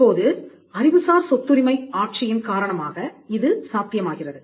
இப்போது அறிவுசார் சொத்துரிமை ஆட்சியின் காரணமாக இது சாத்தியமாகிறது